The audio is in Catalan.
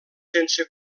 sense